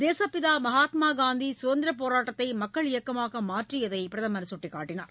தேசப்பிதா மகாத்மா காந்தி சுதந்திரப் போராட்டத்தை மக்கள் இயக்கமாக மாற்றியதை அவர் சுட்டிக்காட்டினார்